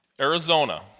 Arizona